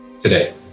Today